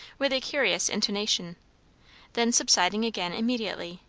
with a curious intonation then subsiding again immediately,